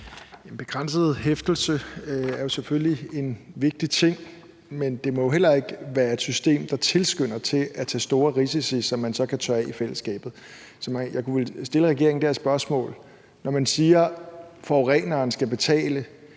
Den begrænsede hæftelse er jo selvfølgelig en vigtig ting, men det må jo heller ikke være et system, der tilskynder til at tage store risici, som man så kan tørre af på fællesskabet. Jeg kunne vel stille regeringen det her spørgsmål: Når man siger, at forureneren skal betale,